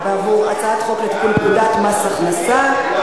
חברת הכנסת ליה